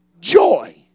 joy